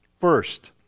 First